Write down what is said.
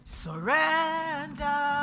surrender